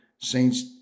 Saints